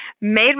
made